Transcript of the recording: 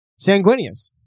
Sanguinius